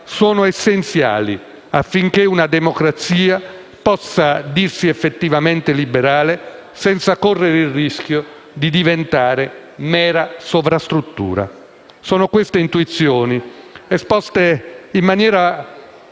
sono essenziali affinché una democrazia possa dirsi effettivamente liberale senza correre il rischio di diventare mera sovrastruttura. Queste intuizioni, esposte in maniera